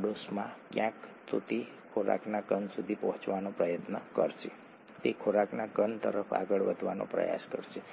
ત્રણ મુખ્ય છેડો છે જે અહીં મુક્ત છે ખાંડનો પાંચ મુખ્ય છેડો ફોસ્ફેટ જૂથ સાથે જોડાયેલો છે